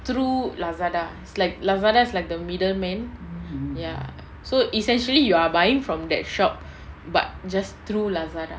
through lazada is like lazada is like the middleman ya so essentially you are buying from that shop but just through lazada